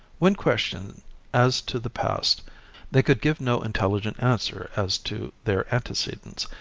when questioned as to the past they could give no intelligent answer as to their antecedents,